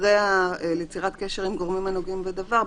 אחרי "ליצירת קשר עם גורמים הנוגעים בדבר",